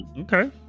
Okay